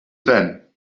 then